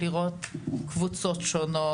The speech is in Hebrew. לראות קבוצות שונות.